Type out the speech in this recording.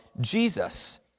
Jesus